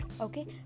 okay